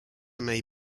may